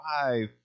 five